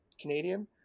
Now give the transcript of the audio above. Canadian